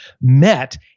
met